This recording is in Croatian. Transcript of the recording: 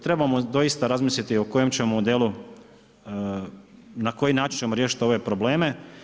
Trebamo doista razmisliti o kojem ćemo modelu, na koji način ćemo riješiti ove probleme.